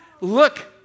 look